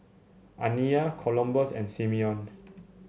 Aniya Columbus and Simeon